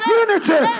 unity